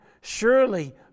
Surely